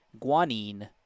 Guanine